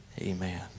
Amen